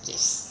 yes